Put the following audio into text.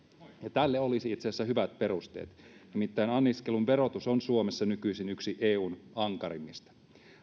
tälle olisi itse asiassa hyvät perusteet nimittäin anniskelun verotus on suomessa nykyisin yksi eun ankarimmista